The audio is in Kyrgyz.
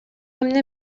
эмне